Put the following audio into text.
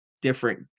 different